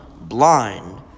blind